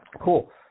cool